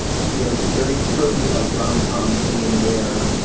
you know, very trippy like rom com scene where,